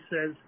says